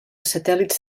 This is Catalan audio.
satèl·lits